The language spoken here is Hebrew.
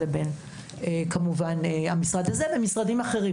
לבין כמובן המשרד הזה ומשרדים אחרים.